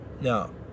Now